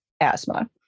asthma